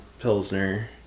pilsner